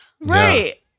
Right